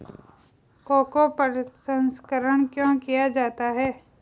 Cocoa प्रसंस्करण क्यों किया जाता है?